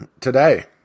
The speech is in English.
today